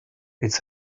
its